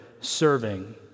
serving